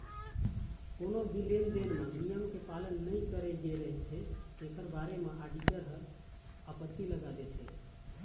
कोनो भी लेन देन म नियम के पालन नइ करे गे रहिथे तेखर बारे म आडिटर ह आपत्ति लगा देथे